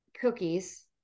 cookies